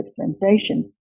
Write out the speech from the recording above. sensation